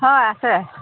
হয় আছে